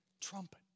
trumpet